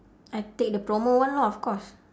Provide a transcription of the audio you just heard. I take the promo one lah of course